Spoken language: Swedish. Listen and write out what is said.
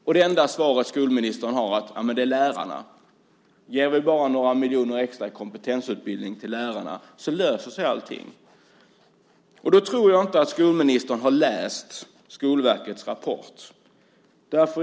Men det enda svaret skolministern ger är att det är lärarnas uppgift - ge bara några miljoner extra för kompetensutbildning till lärarna så löser sig allting. Då tror jag inte att skolministern har läst Skolverkets rapport.